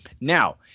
Now